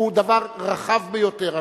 שהוא דבר רחב ביותר.